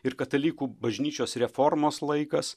ir katalikų bažnyčios reformos laikas